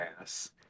ass